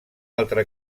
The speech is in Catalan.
altra